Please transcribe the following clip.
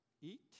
Eat